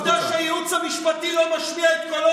העובדה שהייעוץ המשפטי לא משמיע את קולו